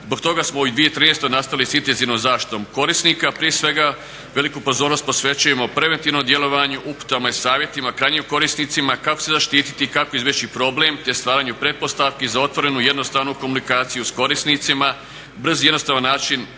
Zbog toga smo u 2013.nastavili sa intenzivnom zaštitom korisnika prije svega veliku pozornost posvećujemo preventivnom djelovanju, uputama i savjetima krajnjim korisnicima kako se zaštititi i kako izbjeći problem te stvaranju pretpostavku za otvorenu i jednostavnu komunikaciju s korisnicima, brz i jednostavan način